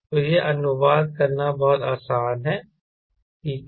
तो यह अनुवाद करना बहुत आसान है ठीक है